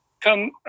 come